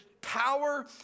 power